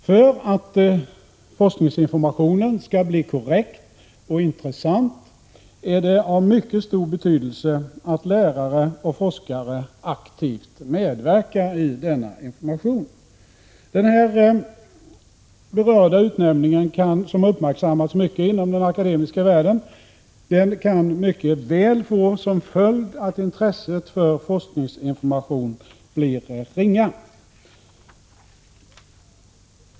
För att forskningsinformationen skall bli korrekt och intressant är det av mycket stor betydelse att lärare och forskare aktivt medverkar i denna information. Den berörda utnämningen, som uppmärksammats stort i den akademiska världen, kan mycket väl få som följd att intresset för forskningsinformation blir ringa.